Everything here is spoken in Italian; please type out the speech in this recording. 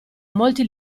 molti